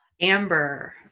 Amber